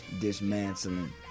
dismantling